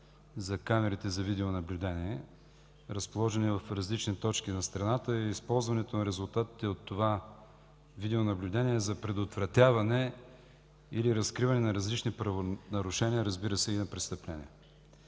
за камерите за видеонаблюдение, разположени в различни точки на страната, и използването на резултатите от това видеонаблюдение за предотвратяване или разкриване на различни правонарушения, разбира се, и на престъпления.